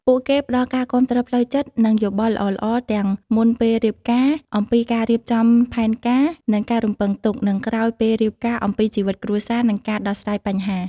ពួកគេផ្ដល់ ការគាំទ្រផ្លូវចិត្ត និងយោបល់ល្អៗ ទាំង មុន ពេលរៀបការ អំពីការរៀបចំផែនការ និងការរំពឹងទុក និង ក្រោយ ពេលរៀបការ អំពីជីវិតគ្រួសារ និងការដោះស្រាយបញ្ហា។